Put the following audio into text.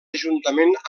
juntament